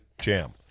jam